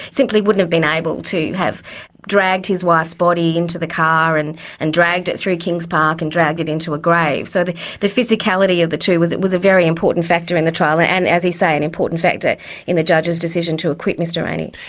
simply wouldn't have been able to have dragged his wife's body into the car and and dragged it through kings park and dragged it into a grave, so the the physicality of the two was. it was a very important factor in the trial, and and as you say, an important factor in the judge's decision to acquit mr rayney.